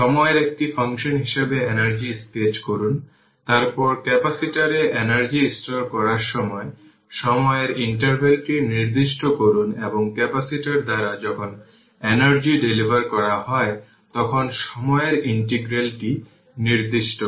সময়ের একটি ফাংশন হিসাবে এনার্জি স্কেচ করুন তারপর ক্যাপাসিটরে এনার্জি স্টোর করার সময় সময়ের ইন্টারভ্যালটি নির্দিষ্ট করুন এবং ক্যাপাসিটর দ্বারা যখন এনার্জি ডেলিভার করা হয় তখন সময়ের ইন্টিগ্রালটি নির্দিষ্ট করুন